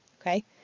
okay